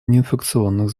неинфекционных